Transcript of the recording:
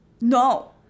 no